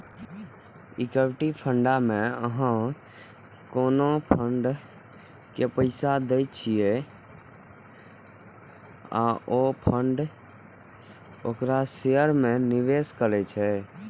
equity fund मे अहां कोनो फंड के पैसा दै छियै आ ओ फंड ओकरा शेयर मे निवेश करै छै